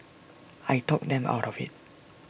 I talked them out of IT